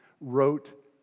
wrote